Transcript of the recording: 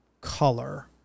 color